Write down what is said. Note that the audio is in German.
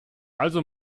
also